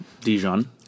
dijon